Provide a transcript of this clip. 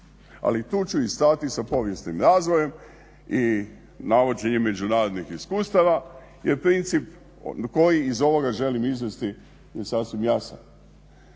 Ali tu ću i stati sa povijesnim razdobljem i navođenjem međunarodnih iskustava jer princip koji iz ovoga želim izvesti je sasvim jasan.